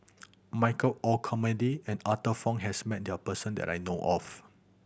Michael Olcomendy and Arthur Fong has met their person that I know of